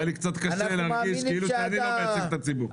היה לי קצת קשה להרגיש כאילו אני לא מייצג את הציבור.